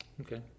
Okay